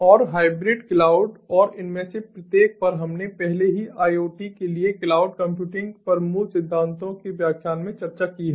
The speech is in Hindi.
और हाइब्रिड क्लाउड और इनमें से प्रत्येक पर हमने पहले ही IoT के लिए क्लाउड कंप्यूटिंग पर मूल सिद्धांतों के व्याख्यान में चर्चा की है